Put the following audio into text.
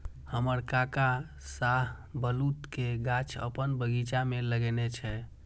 हमर काका शाहबलूत के गाछ अपन बगीचा मे लगेने छै